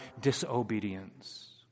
disobedience